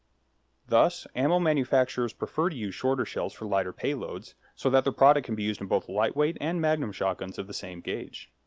thus, ammo manufacturers prefer to use shorter shells for lighter payloads, so that their product can be used in both lightweight and magnum shotguns of the same gauge.